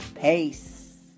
Peace